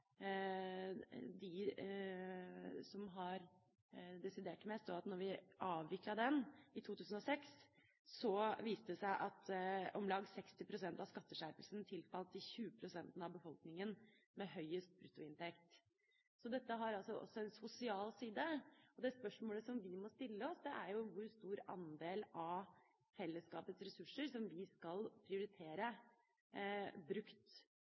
viste det seg at om lag 60 pst. av skatteskjerpelsen tilfalt de 20 pst. av befolkninga med høyest bruttoinntekt. Så dette har også en sosial side. Det spørsmålet som vi må stille oss, er jo: Hvor stor andel av fellesskapets ressurser skal vi prioritere brukt